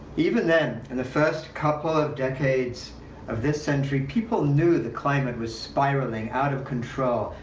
even then, in the first couple of decades of this century, people knew the climate was spiraling out of control.